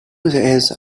has